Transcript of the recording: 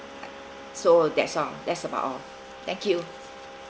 so that's all that's about all thank you